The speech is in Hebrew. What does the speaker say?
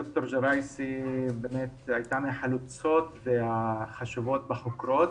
ד"ר ג'ראייסי באמת הייתה מהחלוצות החשובות בחוקרות.